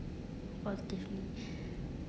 positively